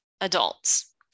adults